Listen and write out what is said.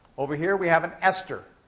over here, we have an ester.